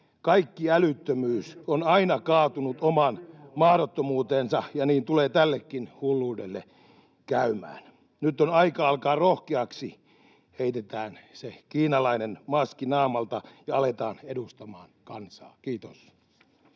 kaikki älyttömyys on aina kaatunut omaan mahdottomuuteensa, ja niin tulee tällekin hulluudelle käymään. Nyt on aika alkaa rohkeaksi — heitetään se kiinalainen maski naamalta ja aletaan edustamaan kansaa. — Kiitos.